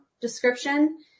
description